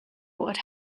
what